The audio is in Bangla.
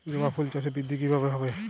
জবা ফুল চাষে বৃদ্ধি কিভাবে হবে?